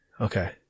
Okay